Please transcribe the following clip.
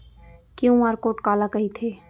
QR code काला कहिथे?